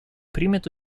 примет